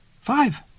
Five